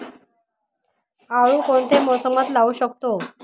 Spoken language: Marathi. आळू कोणत्या मोसमात लावू शकतो?